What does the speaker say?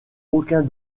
aucun